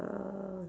uh